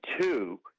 two